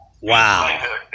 Wow